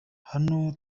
hano